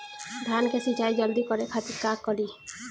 धान के सिंचाई जल्दी करे खातिर का करी?